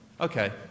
Okay